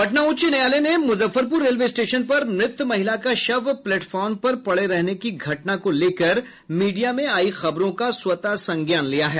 पटना उच्च न्यायालय ने मूजफ्फरपूर रेलवे स्टेशन पर मृत महिला का शव प्लेटफार्म पर पड़े रहने की घटना को लेकर मीडिया में आयी खबरों का स्वतः संज्ञान लिया है